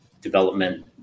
development